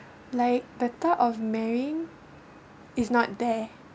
like the thought of marrying is not there